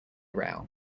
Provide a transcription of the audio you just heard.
rail